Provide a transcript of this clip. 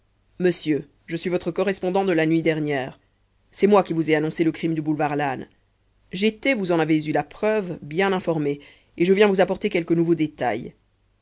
monsieur je suis votre correspondant de la nuit dernière c'est moi qui vous ai annoncé le crime du boulevard lannes j'étais vous en avez eu la preuve bien informé et je viens vous apporter quelques nouveaux détails